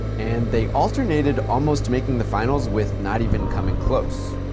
and they alternated almost making the finals with not even coming close.